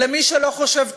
למי שלא חושב כמוהם.